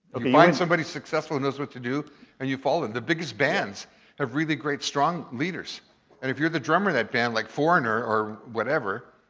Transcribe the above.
um you find somebody successful who knows what to do and you follow them. the biggest bands have really great strong leaders. and if you're the drummer of that band like foreigner or whatever.